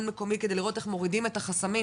מקומי כדי לראות איך מורידים את החסמים,